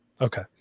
Okay